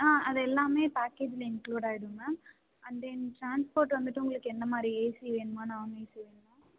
ஆ அது எல்லாம் பேக்கேஜுல் இன்க்ளூட் ஆகிடும் மேம் அண்ட் தென் ட்ரான்ஸ்போர்ட்டு வந்துட்டு உங்களுக்கு என்ன மாதிரி ஏசி வேணுமா நான் ஏசி வேணுமா